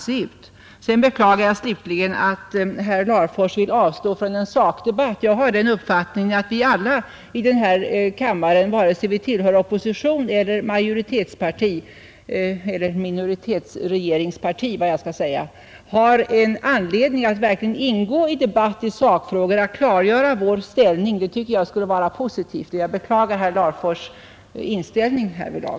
Slutligen beklagar jag att herr Larfors vill avstå från en sakdebatt. Jag har den uppfattningen att vi alla i kammaren, vare sig vi tillhör opposition eller regeringsparti, har anledning att verkligen ingå i debatt i sakfrågor och klargöra vår ställning. Det tycker jag skulle vara positivt, och jag beklagar alltså herr Larfors” inställning härvidlag.